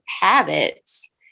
habits